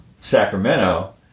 Sacramento